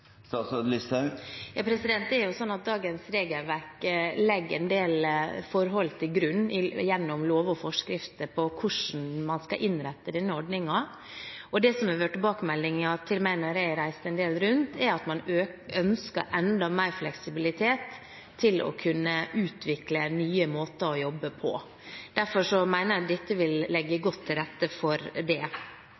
Dagens regelverk legger en del forhold til grunn gjennom lov og forskrifter om hvordan man skal innrette denne ordningen, og det som har vært tilbakemeldingen når jeg har reist en del rundt, er at man ønsker enda mer fleksibilitet med hensyn til å kunne utvikle nye måter å jobbe på. Derfor mener en dette vil legge